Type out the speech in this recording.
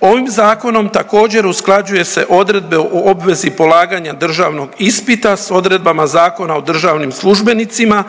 Ovim zakonom također usklađuje se odredbe o obvezi polaganja državnog ispita s odredbama Zakona o državnim službenicima